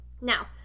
Now